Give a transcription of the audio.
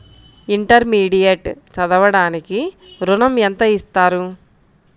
Intermediate చదవడానికి ఋణం ఎంత ఇస్తారు?